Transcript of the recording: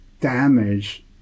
damage